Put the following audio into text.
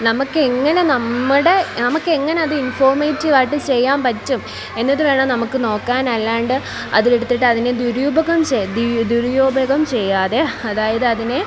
നമ്മൾക്ക് എങ്ങനെ നമ്മുടെ നമുക്ക് എങ്ങനെ അത് ഇൻഫോമേറ്റീവ് ആയിട്ട് ചെയ്യാൻ പറ്റും എന്നിട്ട് വേണം നമ്മൾക്ക് നോക്കാൻ അല്ലാണ്ട് അതിനെ എടുത്തിട്ട് അതിനെ ദുരുപയോഗം ചെയ്ത് ദുരുപയോഗം ചെയ്യാതെ അതായത് അതിനെ